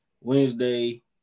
Wednesday